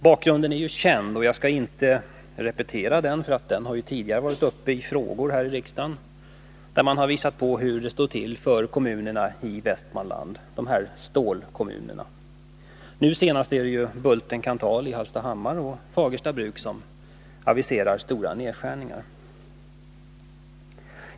Bakgrunden är ju känd och jag skall inte repetera den, ty den har ju tidigare varit uppe i frågor här i riksdagen där man har visat på hur det står till för stålkommunerna i Västmanland. Nu senast är det Bulten-Kanthal AB i Hallstahammar och Fagersta bruk som aviserar stora nedskärningar.